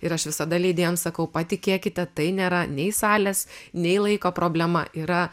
ir aš visada leidėjam sakau patikėkite tai nėra nei salės nei laiko problema yra